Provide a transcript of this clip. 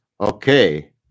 Okay